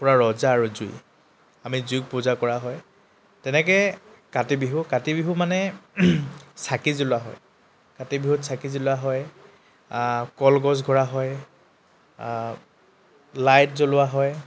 পূৰা ৰজা আৰু জুই আমি জুইক পূজা কৰা হয় তেনেকৈ কাতি বিহু কাতি বিহু মানে চাকি জ্বলোৱা হয় কাতি বিহুত চাকি জ্বলোৱা হয় কলগছ গৰা হয় লাইট জ্বলোৱা হয়